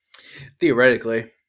theoretically